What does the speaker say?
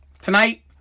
Tonight